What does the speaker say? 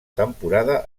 temporada